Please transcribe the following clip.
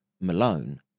Malone